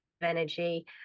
energy